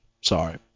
Sorry